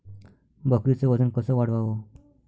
बकरीचं वजन कस वाढवाव?